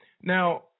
Now